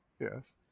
yes